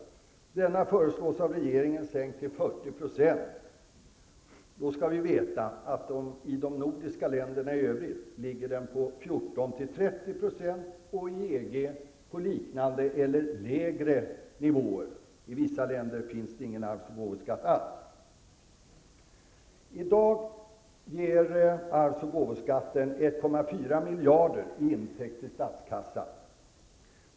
Regeringen föreslår att denna sänks till 40 %. Då skall vi veta att i de övriga nordiska länderna ligger den på 14--30 % och i EG på liknande eller lägre nivåer. I vissa länder finns ingen arvs och gåvoskatt alls. I dag ger arvs och gåvoskatten 1,4 miljarder i intäkt till statskassan.